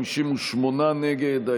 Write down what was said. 58 נגד.